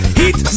heat